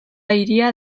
hiria